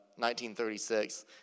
1936